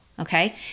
okay